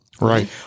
Right